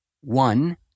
one